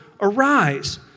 Arise